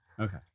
Okay